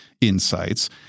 insights